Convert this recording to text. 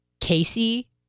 Casey